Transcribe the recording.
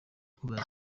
kuva